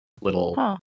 little